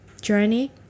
journey